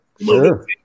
Sure